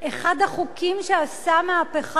אחד החוקים שעשה מהפכה,